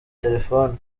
telefoni